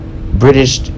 British